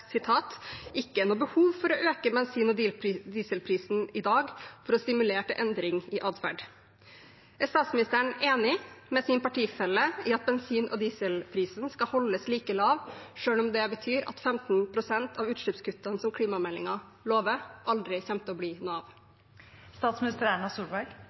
ikke noe behov for å øke bensin- og dieselprisen i dag for å stimulere til endring i atferd.» Er statsministeren enig med sin partifelle i at bensin- og dieselprisen skal holdes like lav, selv om det betyr at 15 pst. av utslippskuttene som klimameldingen lover, aldri kommer til å bli